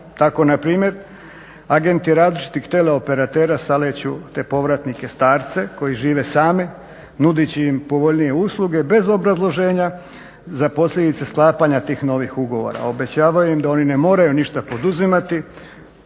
Tako npr. agenti različitih teleoperatera salijeću te povratnike starce koji žive sami, nudeći im povoljnije usluge, bez obrazloženja za posljedice sklapanja tih novih ugovora. Obećavaju im da oni ne moraju ništa poduzimati,